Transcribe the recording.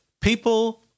people